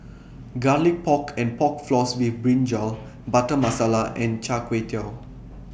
Garlic Pork and Pork Floss with Brinjal Butter Masala and Chai Tow Kuay